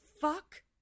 fuck